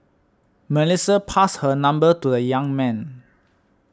Melissa passed her number to the young man